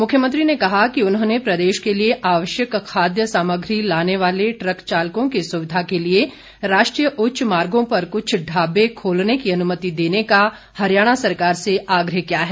मुख्यमंत्री ने कहा कि उन्होंने प्रदेश के लिए आवश्यक खाद्य सामग्री लाने वाले ट्रक चालकों की सुविधा के लिए राष्ट्रीय उच्च मार्गो पर कुछ ढाबे खोलने की अनुमति देने का हरियाणा सरकार से आग्रह किया है